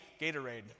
Gatorade